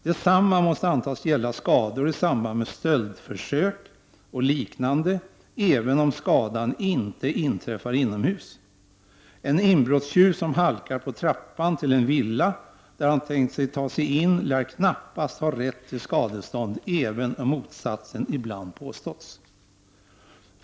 Detsamma måste antas gälla skador i samband med stöldförsök och liknande även om skadan inte inträffar inomhus; en inbrottstjuv som halkar på trappan till en villa där han tänkt ta sig in lär knappast ha rätt till skadestånd även om motsatsen ibland påståtts.